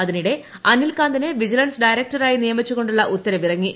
അതിനിടെ അനിൽകാന്തിനെ വിജിലൻസ് ഡയറക്ടറായി നിയമിച്ചു കൊണ്ടുളള ഉത്തരവിറങ്ങി